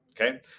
okay